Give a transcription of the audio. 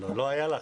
לא היה לך.